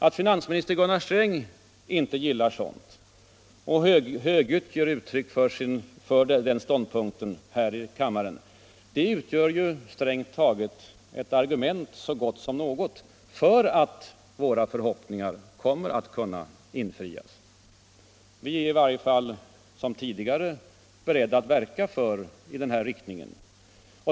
Att finansminister Gunnar Sträng inte gillar sådant och högljutt ger uttryck för den ståndpunkten här i kammaren utgör strängt taget ett argument så gott som något för att våra förhoppningar kommer att kunna infrias. Vi är nu som tidigare beredda att verka i den riktningen.